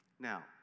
Now